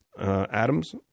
Adams